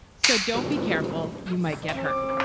so don't be careful. you might get hurt.